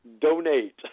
Donate